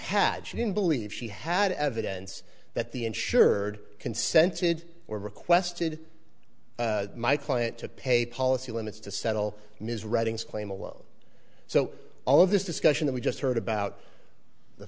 had she didn't believe she had evidence that the insured consented or requested my client to pay policy limits to settle his readings claim alone so all of this discussion that we just heard about the